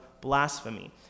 blasphemy